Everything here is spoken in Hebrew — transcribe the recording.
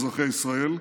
אזרחי ישראל,